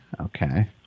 okay